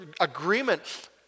agreement